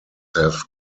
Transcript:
have